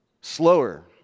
slower